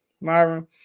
Myron